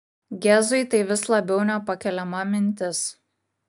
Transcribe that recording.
gezui tai vis labiau nepakeliama mintis